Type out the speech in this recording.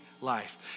life